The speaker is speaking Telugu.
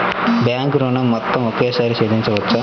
బ్యాంకు ఋణం మొత్తము ఒకేసారి చెల్లించవచ్చా?